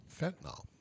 fentanyl